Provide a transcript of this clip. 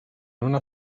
una